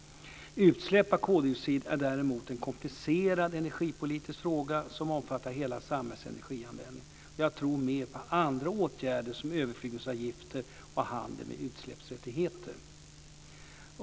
Utsläpp av koldioxid är en komplicerad energipolitisk fråga som omfattar hela samhällets energianvändning. Jag tror mer på andra åtgärder som överflygningsavgifter och handel med utsläppsrättigheter.